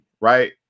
Right